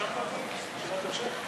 אדוני היושב-ראש, תרשום אותי.